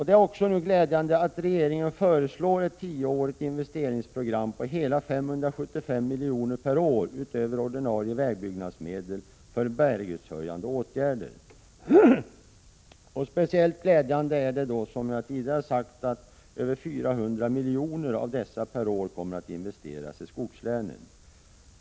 Det är glädjande att regeringen nu föreslår ett tioårigt investeringsprogram på hela 575 miljoner per år utöver ordinarie vägbyggnadsmedel för bärighetshöjande åtgärder. Speciellt glädjande är det, som jag tidigare sagt, att över 400 miljoner av dessa per år kommer att investeras i skogslänen.